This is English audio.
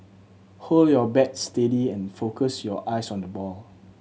hold your bat steady and focus your eyes on the ball